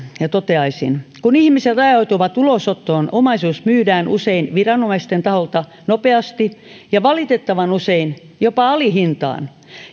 ja toteaisin kun ihmiset ajautuvat ulosottoon omaisuus myydään usein viranomaisten taholta nopeasti ja valitettavan usein jopa alihintaan